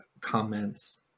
comments